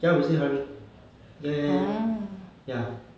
ya we are still hiring ya ya ya ya